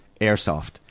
airsoft